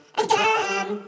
again